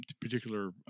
particular